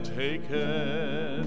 taken